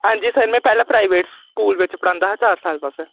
आंजी सर में पैह्लै प्राइवेट स्कूल बिच पढ़ा दा हा दस साल वास्तै